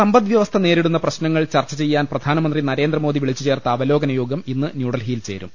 സമ്പദ് വ്യവസ്ഥ നേരിടുന്ന പ്രശ്നങ്ങൾ ചർച്ച ചെയ്യാൻ പ്രധാനമന്ത്രി നരേന്ദ്രമോദി വിളിച്ചുചേർത്ത അവലോ കന യോഗം ഇന്ന് ന്യൂഡൽഹിയിൽ ചേരും